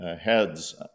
Heads